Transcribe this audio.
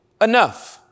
enough